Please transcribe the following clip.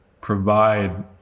provide